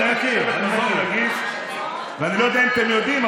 אני לא יודע אם אתם יודעים,